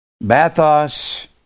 Bathos